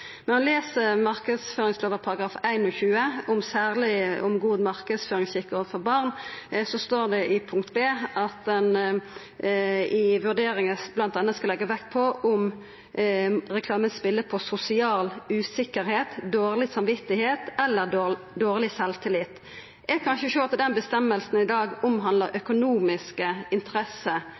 Når ein les § 21 i marknadsføringslova om god marknadsføringsskikk overfor barn, står det i punkt b at ein i vurderinga bl.a. skal leggja vekt på om reklamen «spiller på sosial usikkerhet, dårlig samvittighet eller dårlig selvtillit». Eg kan ikkje sjå at den regelen i dag omhandlar økonomiske interesser,